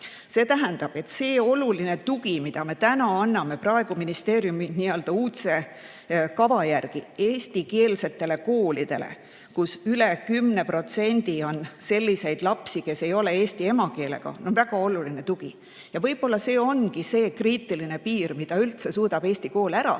See tähendab, et see tugi, mida me anname praegu ministeeriumi uudse kava järgi eestikeelsetele koolidele, kus üle 10% on selliseid lapsi, kes ei ole eesti emakeelega, on väga oluline tugi. Võib-olla see ongi see kriitiline piir, kui palju üldse suudab eesti kool ära